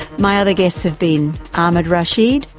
my other guests have been ahmed rashid,